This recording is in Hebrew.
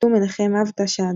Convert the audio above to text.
ט"ו מנחם-אב תש"ד.